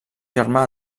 germà